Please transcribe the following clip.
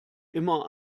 immer